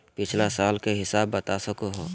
पिछला साल के हिसाब बता सको हो?